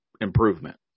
improvement